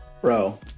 Bro